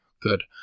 Good